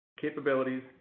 capabilities